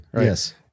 yes